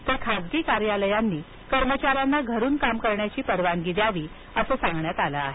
तर खासगी कार्यालयांनी कर्मचाऱ्यांना घरून काम करण्याची परवानगी द्यावी असं सांगण्यात आलं आहे